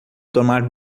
tomar